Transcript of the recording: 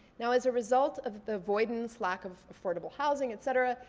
now as a result of the voidance, lack of affordable housing, et cetera,